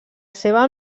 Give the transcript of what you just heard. seva